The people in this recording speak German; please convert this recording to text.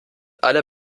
alle